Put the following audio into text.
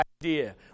idea